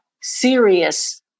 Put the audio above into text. serious